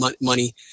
money